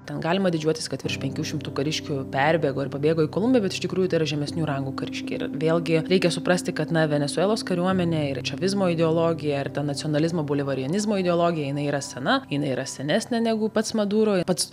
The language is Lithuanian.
ten galima didžiuotis kad virš penkių šimtų kariškių perbėgo ir pabėgo į kolumbiją bet iš tikrųjų tai yra žemesnių rangų kariškiai ir vėlgi reikia suprasti kad na venesuelos kariuomenė ir čavizmo ideologija ir ta nacionalizmo bolivarianizmo ideologija jinai yra sena jinai yra senesnė negu pats maduro pats